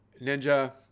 Ninja